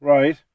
Right